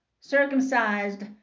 circumcised